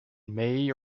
may